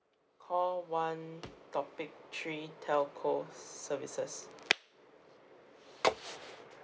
call one topic three telco services